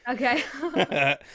okay